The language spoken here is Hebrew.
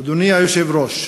אדוני היושב-ראש,